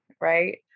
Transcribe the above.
right